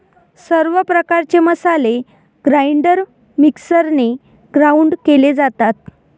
सर्व प्रकारचे मसाले ग्राइंडर मिक्सरने ग्राउंड केले जातात